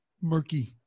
murky